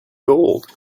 gold